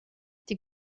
die